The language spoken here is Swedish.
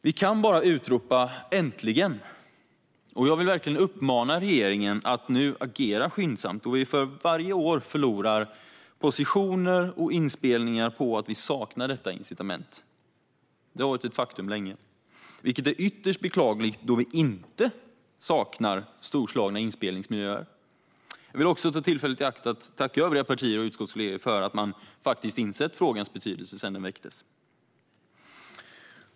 Vi kan bara utropa "äntligen", och jag vill uppmana regeringen att agera skyndsamt då vi för varje år förlorar positioner och inspelningar på att vi saknar detta incitament. Det är ytterst beklagligt eftersom vi ju inte saknar storslagna inspelningsmiljöer. Jag vill också ta tillfället i akt att tacka övriga partier och utskottskollegor för att de har insett frågans betydelse sedan den väcktes.